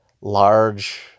large